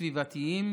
סביבתיים,